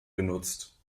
genutzt